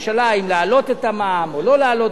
אם להעלות את המע"מ או לא להעלות את המע"מ.